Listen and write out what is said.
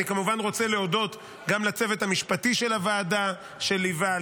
אני כמובן רוצה להודות גם לצוות המשפטי של הוועדה שליווה,